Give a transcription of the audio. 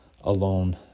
alone